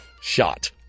shot